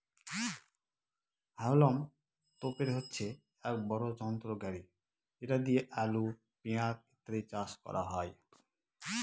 হাউলম তোপের হচ্ছে এক বড় যন্ত্র গাড়ি যেটা দিয়ে আলু, পেঁয়াজ ইত্যাদি চাষ করা হয়